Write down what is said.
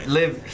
live